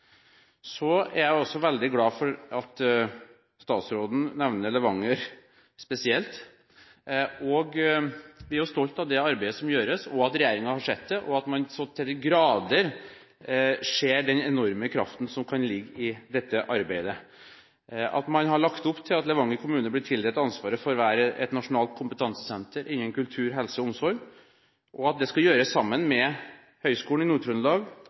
Så er jeg også veldig glad for at statsråden nevner Levanger spesielt. Vi er jo stolte av det arbeidet som gjøres, av at regjeringen har sett det, og av at man så til de grader ser den enorme kraften som kan ligge i dette arbeidet – at man har lagt opp til at Levanger kommune blir tildelt ansvaret for å være et nasjonalt kompetansesenter innen kultur, helse og omsorg, og at det skal gjøres sammen med Høgskolen i